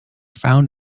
found